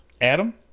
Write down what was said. adam